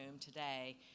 today